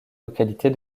localités